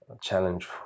challenge